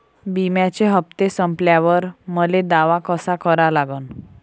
बिम्याचे हप्ते संपल्यावर मले दावा कसा करा लागन?